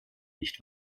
nicht